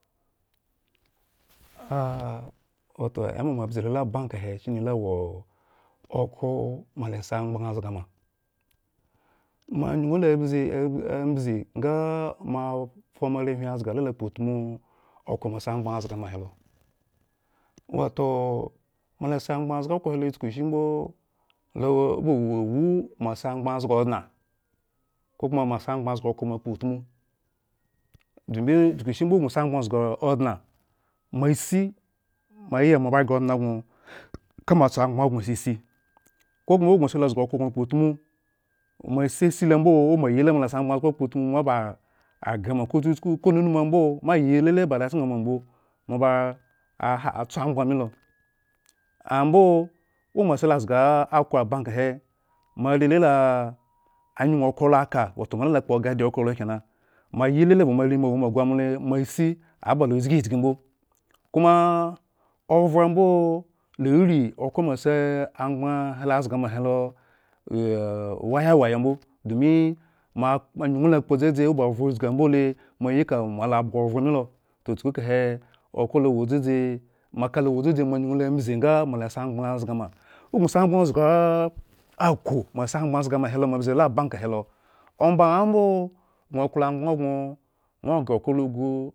ah wato ema mo abzu lo ba abanke he shine lo awo eh okhro mo la siamgba zga ma. mo anyuŋ lo bzi ambzi nga moafa moare zga la la kpotmu okhro wato mo a siamgbaŋ zga ma he lo wato mo la. Siangbaŋ zga okhro he lo chukushimbo. lo aba wo iwu moosiangbaŋ zgaodŋa, kokoma moasiamgban zga okhro mo akpo utmu, domi chukushimbo o gŋa, mo asi a yiya mo aba ghre odŋ gŋo ka motso amgbaŋ gbaŋ sisi, kokoma ogŋo silo zga okhro utmu mo ba a ghere moko chuchken ko nunumu ambo mo ayi lele ba arechken awo ma mbo mo ba la atso amgŋ milo amobo omo silo zga aakhereo abanke he moare lala nyun okhi rolo aka wato mo la. la kpo gadi okhro lo kena, mo ayi lele ba moare mo woma gu amole. Masi aba lo zijgi mbo koma ovhro ambo la rii okhro mo siamgbaŋ helzga mahelo waya waya mbo, domi mo a zga ma helo ah. waya waya mbo, domi mo a kpo anyuŋ lo akpo dzdzi o ba ovahro zgi ambo le, mo ayi kama la abhga ovro milo toh. chkukahe okhro lowo dzudzi, mo aka lo wo. Dzudzi mo. ogŋ klo amgbaŋ gŋo ŋwo ghre okhro logu